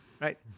right